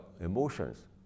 emotions